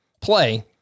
play